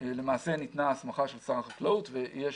למעשה ניתנה הסמכה של שר החקלאות ויש